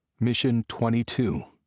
mission twenty two.